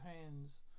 hands